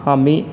हा मी